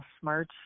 smart